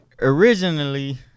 originally